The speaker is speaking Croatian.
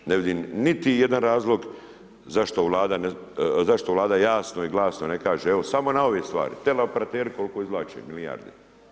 Ne vidim niti jedan razlog, zašto vlada jasno i glasno ne kaže, evo samo na ove stvari, teleoparetri, koliko izvlače, milijarde.